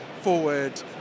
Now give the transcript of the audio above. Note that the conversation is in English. forward